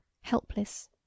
helpless